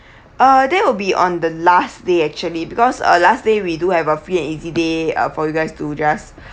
uh that will be on the last day actually because uh last day we do have a free and easy day uh for you guys to just